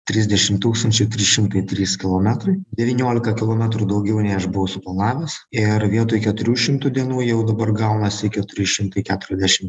trisdešim tūkstančių trys šimtai trys kilometrai devyniolika kilometrų daugiau nei aš buvau suplanavęs ir vietoj keturių šimtų dienų jau dabar gaunasi keturi šimtai keturiasdešim